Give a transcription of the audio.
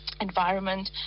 environment